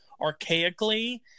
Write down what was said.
archaically